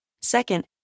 Second